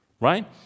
right